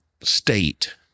state